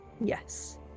Yes